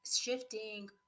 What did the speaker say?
shifting